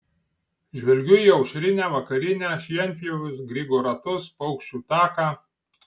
žvelgiu į aušrinę vakarinę šienpjovius grigo ratus paukščių taką